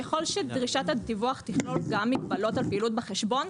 ככל שדרישת הדיווח תכלול גם מגבלות על פעילות בחשבון,